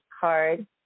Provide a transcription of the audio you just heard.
card